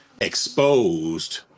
exposed